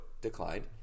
declined